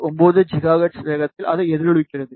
9 gigahertz வேகத்தில் அது எதிரொலிக்கிறது